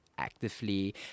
Actively